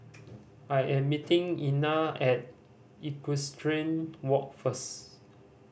I am meeting Ina at Equestrian Walk first